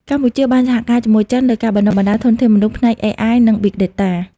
កម្ពុជាបានសហការជាមួយចិនលើការបណ្ដុះបណ្ដាលធនធានមនុស្សផ្នែក AI និង Big Data។